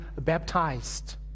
baptized